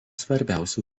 svarbiausių